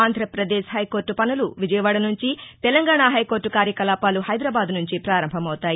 Andhra Pradesh high court పనులు విజయవాడ నుంచి Telangana high court కార్యకలాపాలు హైదరాబాద్ నుంచి ప్రారంభమవుతాయి